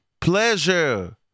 pleasure